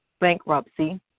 bankruptcy